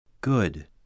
Good